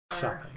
Shopping